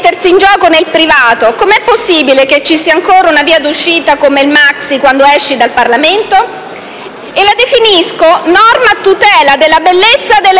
in gioco nel privato, com'è possibile che ci sia ancora una via d'uscita come il MAXXI quando esci dal Parlamento?», e la definisco: «norma a tutela della bellezza delle